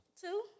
Two